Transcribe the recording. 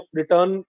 return